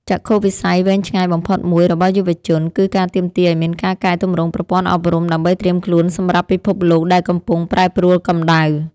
ចក្ខុវិស័យវែងឆ្ងាយបំផុតមួយរបស់យុវជន គឺការទាមទារឱ្យមានការកែទម្រង់ប្រព័ន្ធអប់រំ ដើម្បីត្រៀមខ្លួនសម្រាប់ពិភពលោកដែលកំពុងប្រែប្រួលកម្ដៅ។